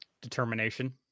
determination